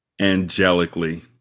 angelically